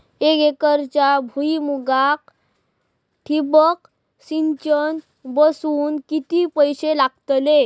एक एकरच्या भुईमुगाक ठिबक सिंचन बसवूक किती पैशे लागतले?